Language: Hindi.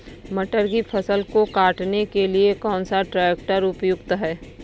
मटर की फसल को काटने के लिए कौन सा ट्रैक्टर उपयुक्त है?